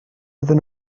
iddyn